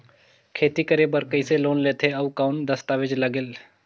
खेती करे बर कइसे लोन लेथे और कौन दस्तावेज लगेल?